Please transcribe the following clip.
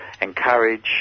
encourage